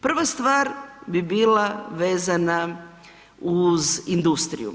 Prva stvar bi bila vezana uz industriju.